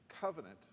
covenant